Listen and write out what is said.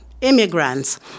Immigrants